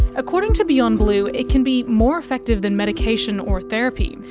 according to beyond blue it can be more effective than medication or therapy,